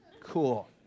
Cool